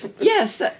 yes